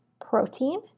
protein